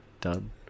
done